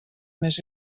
més